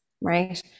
right